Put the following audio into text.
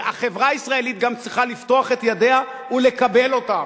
והחברה הישראלית גם צריכה לפתוח את ידיה ולקבל אותם,